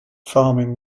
farming